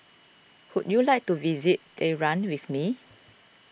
would you like to visit Tehran with me